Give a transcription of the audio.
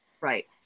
Right